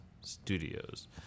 Studios